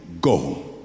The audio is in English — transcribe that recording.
go